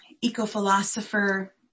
eco-philosopher